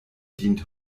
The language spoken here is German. dient